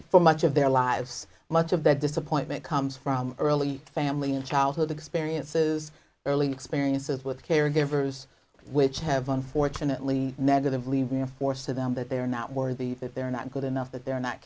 for much of their lives much of that disappointment comes from early family and childhood experiences early experiences with caregivers which have unfortunately negatively reinforce to them that they are not worthy that they're not good enough that they're not